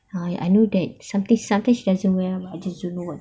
ah I know that something something she doesn't wear but I just don't know what